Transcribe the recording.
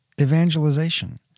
Evangelization